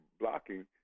blocking